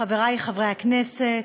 חברי חברי הכנסת,